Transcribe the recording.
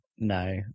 no